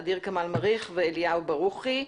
ע'דיר כמאל מריח ואליהו ברוכי.